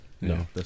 No